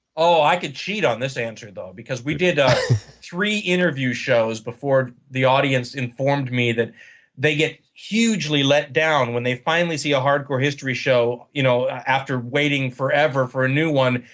i could cheat on this answer, though. because we did ah three interview shows before the audience informed me that they get hugely let down when they finally see a hardcore history show you know after waiting forever for a new one,